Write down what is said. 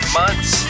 months